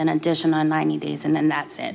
then it doesn't on ninety days and then that's it